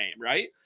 right